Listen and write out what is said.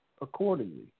accordingly